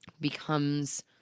becomes